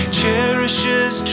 cherishes